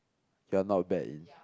you're not bad in